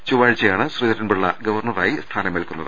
ചൊവ്വാഴ്ചയാണ് ശ്രീധരൻപിള്ള ഗവർണറായി സ്ഥാനമേൽക്കുന്നത്